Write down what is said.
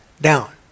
down